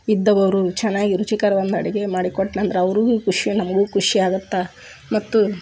ಇದ್ದವರು ಚೆನ್ನಾಗಿ ರುಚಿಕರ ಒಂದು ಅಡುಗೆ ಮಾಡಿ ಕೊಟ್ಟೆನಂದ್ರ ಅವ್ರಿಗೂ ಖುಷಿ ನಮಗೂ ಖುಷಿ ಆಗುತ್ತೆ ಮತ್ತು